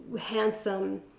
handsome